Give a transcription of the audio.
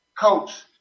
Coach